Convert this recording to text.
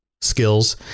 skills